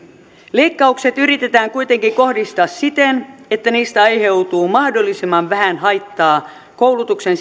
leikkaukset yritetään kuitenkin kohdistaa siten että niistä aiheutuu mahdollisimman vähän haittaa koulutuksen